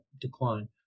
decline